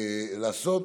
לעשות,